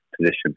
position